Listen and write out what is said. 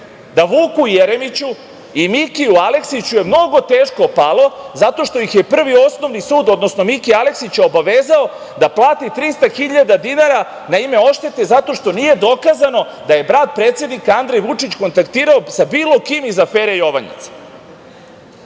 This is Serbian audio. da Vuku Jeremiću i Mikiju Aleksiću je mnogo teško palo zato što ih je Prvi osnovni sud, odnosno Mikija Aleksića obavezao da plati 300.000 dinara na ime oštete zato što nije dokazano da je brat predsednika Andrej Vučić kontaktirao sa bilo kim iz afere „Jovanjica“.Miki